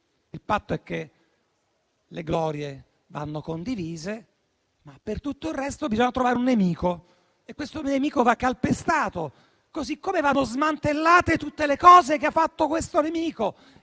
Il patto è che le glorie vanno condivise, ma per tutto il resto bisogna trovare un nemico e questo nemico va calpestato, così come vanno smantellate tutte le cose che ha fatto questo nemico.